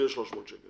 זה יהיה 300 שקל.